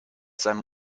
seinem